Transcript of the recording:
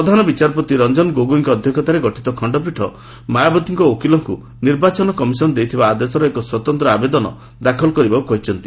ପ୍ରଧାନ ବିଚାରପତି ରଞ୍ଜନ ଗୋଗୋଇଙ୍କ ଅଧ୍ୟକ୍ଷତାରେ ଗଠିତ ଖଣ୍ଡପୀଠ ମାୟାବତୀଙ୍କ ଓକିଲଙ୍କ ନିର୍ବାଚନ କମିଶନ୍ ଦେଇଥିବା ଆଦେଶର ଏକ ସ୍ୱତନ୍ତ୍ର ଆବେଦନ ଦାଖଲ କରିବାକୁ କହିଛନ୍ତି